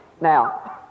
Now